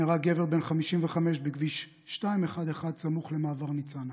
נהרג גבר בן 55 בכביש 211, סמוך למעבר ניצנה,